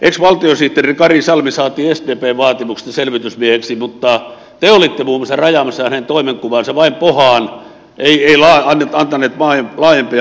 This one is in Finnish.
ex valtiosihteeri kari salmi saatiin sdpn vaatimuksesta selvitysmieheksi mutta te olitte muun muassa rajaamassa hänen toimenkuvansa vain pohaan eivät antaneet laajempia mahdollisuuksia